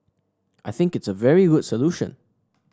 I think it's a very good solution